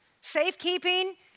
Safekeeping